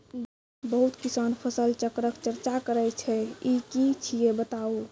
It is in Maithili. बहुत किसान फसल चक्रक चर्चा करै छै ई की छियै बताऊ?